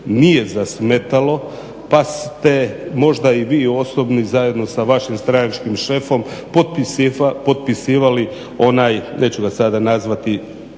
nije zasmetalo pa ste možda i vi osobno i zajedno sa vašim stranačkim šefom potpisivali onaj neću ga sada nazvati